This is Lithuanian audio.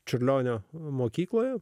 čiurlionio mokykloje